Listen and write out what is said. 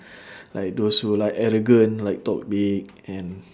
like those who like arrogant like talk big and